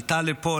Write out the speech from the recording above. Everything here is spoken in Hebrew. עלתה לפה,